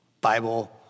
Bible